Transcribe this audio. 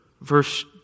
Verse